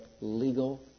legal